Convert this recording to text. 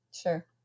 Sure